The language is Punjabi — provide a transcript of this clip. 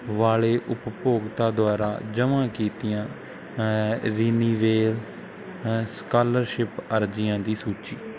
ਵਾਲੇ ਉਪਭੋਗਤਾ ਦੁਆਰਾ ਜਮ੍ਹਾਂ ਕੀਤੀਆਂ ਰੀਨੀਰੇਲ ਸਕੋਲਰਸ਼ਿਪ ਅਰਜ਼ੀਆਂ ਦੀ ਸੂਚੀ